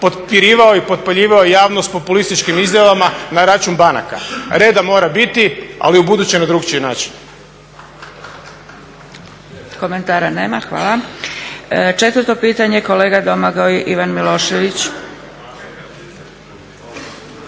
potpirivao i potpaljivao javnost populističkim izjavama na račun banaka. Reda mora biti, ali u buduće na drukčiji način.